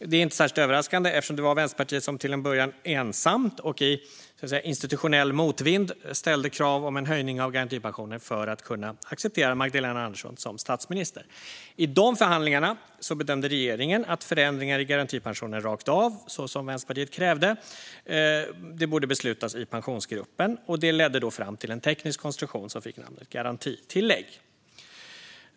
Detta är inte särskilt överraskande eftersom det var Vänsterpartiet som, till en början ensamt och i institutionell motvind, ställde krav på en höjning av garantipensionen för att kunna acceptera Magdalena Andersson som statsminister. I de förhandlingarna bedömde regeringen att förändringar i garantipensionen rakt av, som Vänsterpartiet krävde, borde beslutas i Pensionsgruppen. Detta ledde då fram till en teknisk konstruktion som fick namnet garantitillägg.